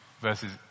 verses